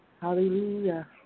Hallelujah